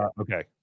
Okay